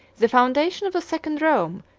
the foundation of a second rome,